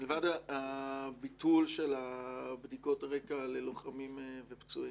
מלבד ביטול בדיקות הרקע של לוחמים ופצועים,